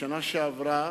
בשנה שעברה